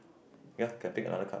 ya can take another card